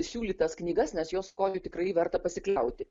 siūlytas knygas nes jos skoniu tikrai verta pasikliauti